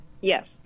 Yes